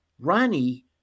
Ronnie